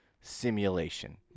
simulation